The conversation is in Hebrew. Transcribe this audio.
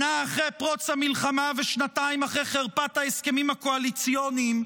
שנה אחרי פרוץ המלחמה ושנתיים אחרי חרפת ההסכמים הקואליציוניים,